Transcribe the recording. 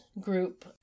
group